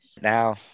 now